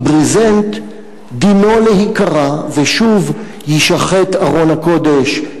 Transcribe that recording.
כי ברזנט דינו להיקרע ושוב יישחתו ארון הקודש,